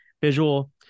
visual